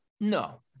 no